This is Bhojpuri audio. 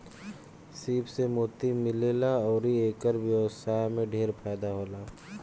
सीप से मोती मिलेला अउर एकर व्यवसाय में ढेरे फायदा होला